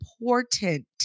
important